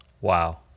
Wow